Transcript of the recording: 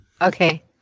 Okay